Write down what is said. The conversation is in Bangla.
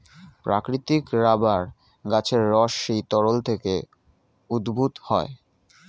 প্রাকৃতিক রাবার গাছের রস সেই তরল থেকে উদ্ভূত হয়